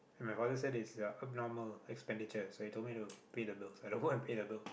and my father said it's abnormal expenditure he told me to pay the bills so i don't want to pay the bill